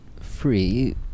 free